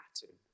pattern